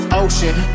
ocean